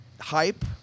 hype